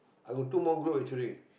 I got two more group actually